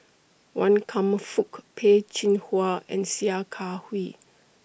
Wan Kam Fook Peh Chin Hua and Sia Kah Hui